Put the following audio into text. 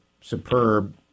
superb